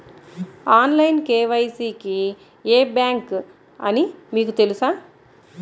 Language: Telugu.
ఆన్లైన్ కే.వై.సి కి ఏ బ్యాంక్ అని మీకు తెలుసా?